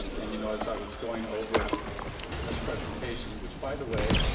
and you know as i was going over this presentation, which by the way,